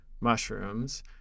mushrooms